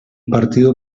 partido